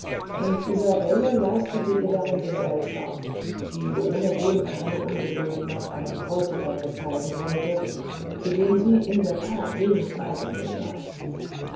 und isabelle leistete ihr darin gesellschaft die ohnedem keine ungeduld nach einem bräutigam bezeigen wollte für den sie in der that wenig neigung besaß